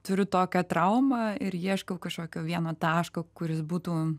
turiu tokią traumą ir ieškau kažkokio vieno taško kuris būtų